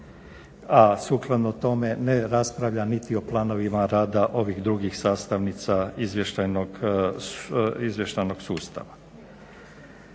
a sukladno tome ne raspravlja niti o planovima rada ovih drugih sastavnica izvještajnog sustava.